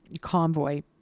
convoy